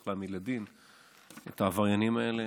צריך להעמיד לדין את העבריינים האלה,